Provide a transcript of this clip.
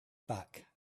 back